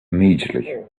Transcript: immediately